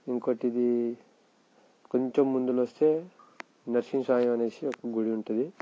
ఇంకొకటి ఇది కొంచెం ముందర వస్తే నరసింహస్వామి అనేసి ఒక గుడి ఉంటుంది